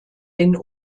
den